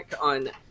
on